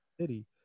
City